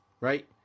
right